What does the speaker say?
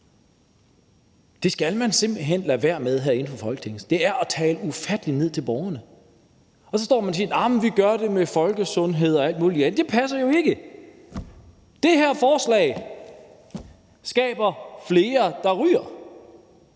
Det skal man simpelt hen lade være med herinde fra Folketinget. Det er at tale ufattelig ned til borgerne. Og så står man og siger, at vi gør det for folkesundheden og alt muligt andet. Det passer jo ikke. Det her forslag skaber flere, der ryger.